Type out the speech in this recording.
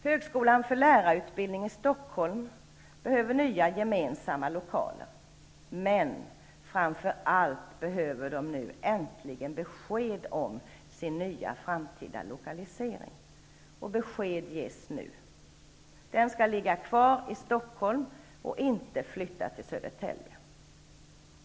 Högskolan för lärarutbildning i Stockholm behöver nya gemensamma lokaler, men framför allt behöver den besked om sin nya framtida lokalisering. Besked ges nu. Den skall ligga kvar i Stockholm och inte flytta till Södertälje.